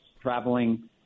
traveling